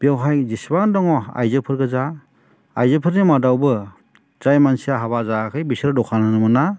बेवहाय जेसेबां दङ आइजोफोरगोजा आइजोफोरनि मादावबो जाय मानसिया हाबा जायाखै बिसोर दखान होनो मोना